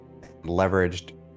leveraged